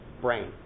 brain